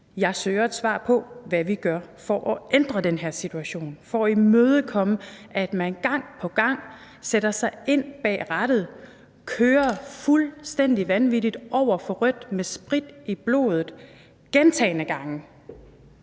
Jeg søger et svar på, hvad vi gør for at ændre den her situation, for at imødegå, at man gang på gang sætter sig ind bag rattet, kører fuldstændig vanvittigt over for rødt med sprit i blodet, gentagne gange.